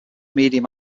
medium